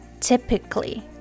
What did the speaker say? typically